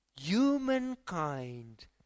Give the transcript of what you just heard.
humankind